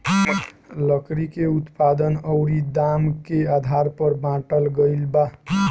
लकड़ी के उत्पादन अउरी दाम के आधार पर बाटल गईल बा